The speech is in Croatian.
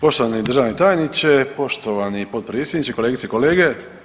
Poštovani državni tajniče, poštovani potpredsjedniče, kolegice i kolege.